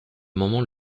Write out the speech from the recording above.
moment